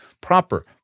proper